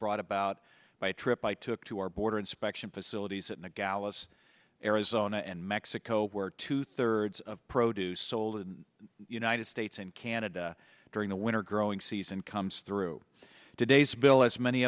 brought about by a trip i took to our border inspection facilities in the gallus arizona and mexico where two thirds of produce sold in the united states and canada during the winter growing season comes through today's bill as many